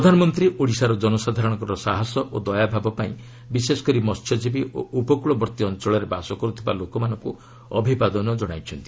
ପ୍ରଧାନମନ୍ତ୍ରୀ ଓଡ଼ିଶାର ଜନସାଧାରଣଙ୍କ ସାହସ ଓ ଦୟା ଭାବପାଇଁ ବିଶେଷକରି ମସ୍ୟଜୀବୀ ଓ ଉପକୃଳବର୍ତ୍ତୀ ଅଞ୍ଚଳରେ ବାସ କର୍ଥିବା ଲୋକମାନଙ୍କୁ ଅଭିବାଦନ ଜଣାଇଛନ୍ତି